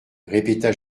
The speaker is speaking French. répéta